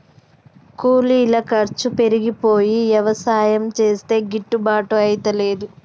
కూలీల ఖర్చు పెరిగిపోయి యవసాయం చేస్తే గిట్టుబాటు అయితలేదు